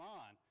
on